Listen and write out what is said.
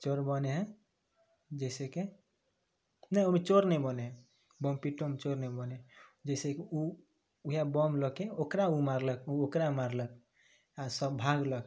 चोर बने हय जैसे कि नै ओमे चोर नै बने हय बमपिट्टो मे चोर नै बने हय जैसे कि ऊ उहे बम लऽ के ओकरा ऊ मारलक ऊ ओकरा मारलक आ सब भागलक